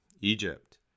Egypt